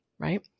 right